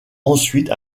ensuite